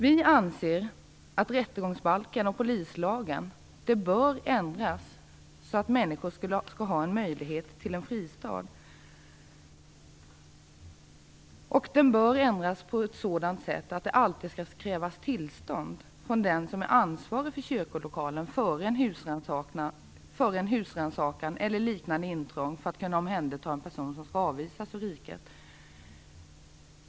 Vi anser att rättegångsbalken och polislagen bör ändras så människor har en möjlighet till en fristad. De bör ändras på ett sådant sätt att det alltid skall krävas tillstånd från den som är ansvarig för kyrkolokalen före en husrannsakan eller liknande intrång för att kunna omhänderta en person som skall avvisas ur riket.